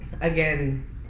again